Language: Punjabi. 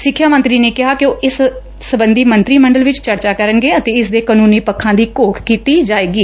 ਸਿੱਖਿਆ ਮੰਤਰੀ ਨੇ ਕਿਹਾ ਕਿ ਉਹ ਇਸ ਸਬੰਧੀ ਮੰਤਰੀ ਮੰਡਲ ਵਿਚ ਚਰਚਾ ਕਰਨਗੇ ਅਤੇ ਇਸਦੇ ਕਾਨੂੰਨੀ ਪੱਖਾਂ ਦੀ ਘੋਖ ਕੀਤੀ ਜਾਵੇਗੀ